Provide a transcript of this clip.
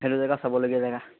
সেই জেগা চাবলগীয়া জেগা